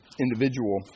individual